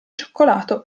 cioccolato